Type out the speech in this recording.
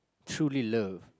truly love